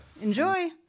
Enjoy